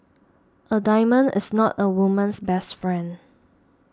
a diamond is not a woman's best friend